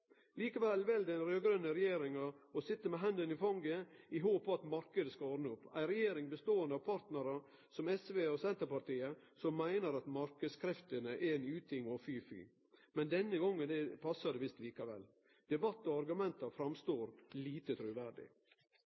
Likevel vel den raud-grøne regjeringa å sitje med hendene i fanget, i håp om at marknaden skal ordne opp, ei regjering beståande av partnarar som SV og Senterpartiet, som meiner at marknadskreftene er ein uting og fy, fy. Denne gongen passar det visst likevel. Debatt og argument verkar lite